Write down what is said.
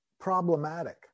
problematic